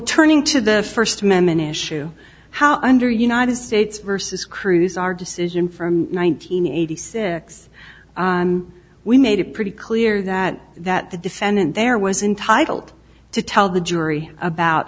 turning to the first amendment issue how under united states versus cruise our decision from one nine hundred eighty six on we made it pretty clear that that the defendant there was intitled to tell the jury about